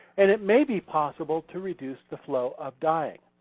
and it may be possible to reduce the flow of dying.